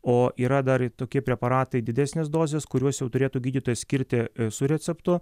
o yra dar ir tokie preparatai didesnės dozės kuriuos jau turėtų gydytojas skirti su receptu